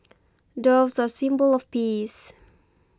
doves are a symbol of peace